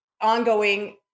ongoing